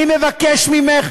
אני מבקש ממך,